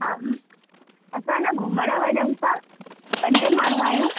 हा असां न घुमणु वञू था पंज माण्हू आहियूं